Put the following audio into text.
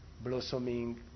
blossoming